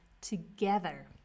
together